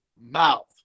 mouth